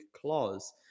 clause